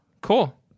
Cool